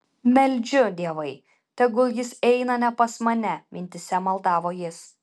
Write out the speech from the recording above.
meldžiu dievai tegul jis eina ne pas mane mintyse maldavo jis